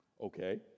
Okay